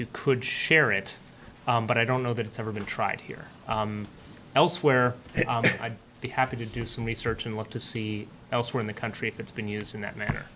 you could share it but i don't know that it's ever been tried here elsewhere i'd be happy to do some research and look to see elsewhere in the country if it's been used in that manner